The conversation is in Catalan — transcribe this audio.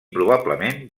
probablement